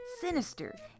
sinister